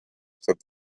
said